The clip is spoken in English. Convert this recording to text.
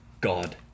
god